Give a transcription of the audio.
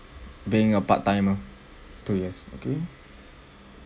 being a part timer two years okay